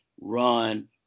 run